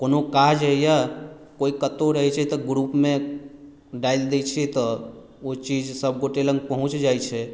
कोनो काज होइए कोई कतहुँ रहै छै तऽ ग्रुपमे डालि दै छियै तऽ ओ सभ गोटे लग पहुँच जाइ छै